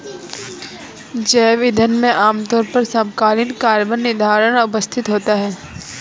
जैव ईंधन में आमतौर पर समकालीन कार्बन निर्धारण उपस्थित होता है